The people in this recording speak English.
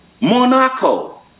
Monaco